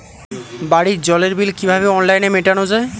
বাড়ির জলের বিল কিভাবে অনলাইনে মেটানো যায়?